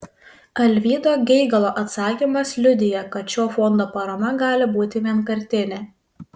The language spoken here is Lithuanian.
alvydo geigalo atsakymas liudija kad šio fondo parama gali būti vienkartinė